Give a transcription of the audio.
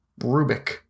Rubik